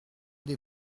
des